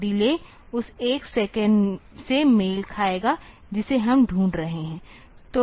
तो यह डिले उस 1 सेकंड से मेल खाएगा जिसे हम ढूंढ रहे हैं